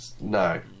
No